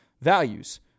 values